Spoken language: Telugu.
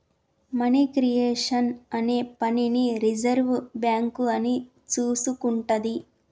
మనీ క్రియేషన్ అనే పనిని రిజర్వు బ్యేంకు అని చూసుకుంటాది